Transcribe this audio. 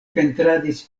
pentradis